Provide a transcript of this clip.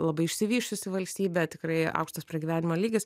labai išsivysčiusi valstybė tikrai aukštas pragyvenimo lygis